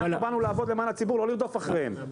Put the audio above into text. באנו לעבוד למען הציבור לא לרדוף אחריהם,